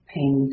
Pain